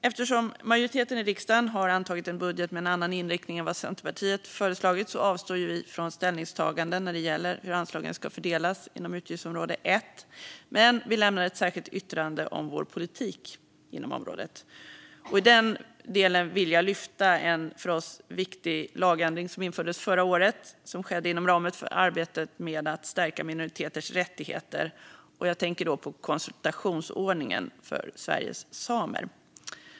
Eftersom majoriteten i riksdagen har antagit en budget med en annan inriktning än vad Centerpartiet föreslagit avstår vi från ställningstagande när det gäller hur anslagen ska fördelas inom utgiftsområde 1. Men vi lämnar ett särskilt yttrande om vår politik inom området. I den delen vill jag lyfta fram en för oss viktig lagändring som infördes förra året inom ramen för arbetet med att stärka minoriteters rättigheter. Jag tänker då på konsultationsordningen för Sveriges samer.